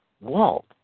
Walt